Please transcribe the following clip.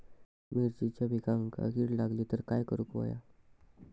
मिरचीच्या पिकांक कीड लागली तर काय करुक होया?